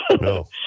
No